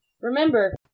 Remember